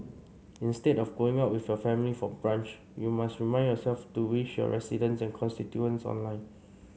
instead of going out with your family for brunch you must remind yourself to wish your residents and constituents online